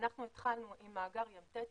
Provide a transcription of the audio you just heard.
אנחנו התחלנו עם מאגר ים תטיס,